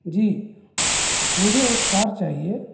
جی مجھے ایک کار چاہیے